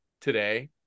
today